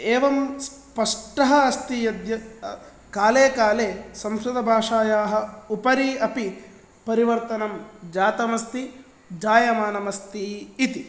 एवं स्पष्टः अस्ति यद्य काले काले संस्कृतभाषायाः उपरि अपि परिवर्तनं जातमस्ति जायमानमस्ति इति